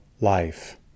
life